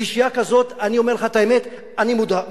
שלישייה כזאת, אני אומר לך את האמת, אני מודאג.